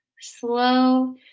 slow